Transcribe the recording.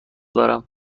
دارم